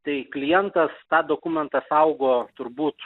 tai klientas tą dokumentą saugo turbūt